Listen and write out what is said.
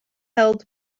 held